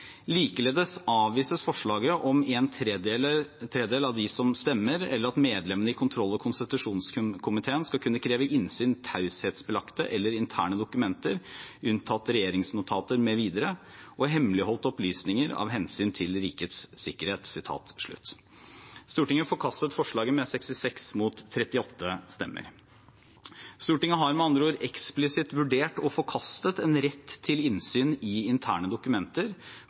Likeledes avvises forslaget om 1/3 av de som stemmer eller at medlemmene i kontroll- og konstitusjonskomiteen skal kunne kreve innsyn i taushetsbelagte eller interne dokumenter, unntatt regjeringsnotater mv. og hemmeligholdte opplysninger av hensyn til rikets sikkerhet.» Stortinget forkastet forslaget med 66 mot 38 stemmer. Stortinget har med andre ord eksplisitt vurdert og forkastet en rett til innsyn i interne dokumenter